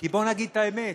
כי בואו נגיד את האמת,